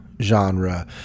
genre